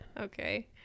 okay